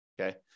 okay